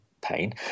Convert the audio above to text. pain